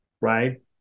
right